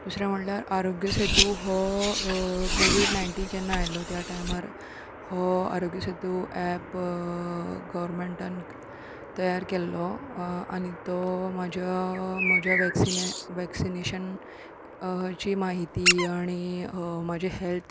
दुसरें म्हणल्यार आरोग्य सेतू हो कोविड नायनटीन जेन्ना आयलो त्या टायमार हो आरोग्य सेतू ऍप गोवर्मेंटान तयार केल्लो आनी तो म्हाज्या म्हज्या वॅक्सिने वॅक्सिनेशनची माहिती आनी म्हजी हॅल्थ